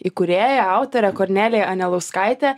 įkūrėja autorė kornelija anelauskaitė